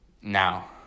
Now